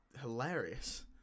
hilarious